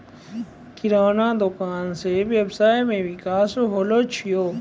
किराना दुकान से वेवसाय मे विकास होलो छै